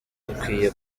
ukwiye